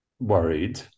Worried